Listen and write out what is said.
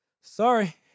sorry